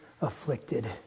afflicted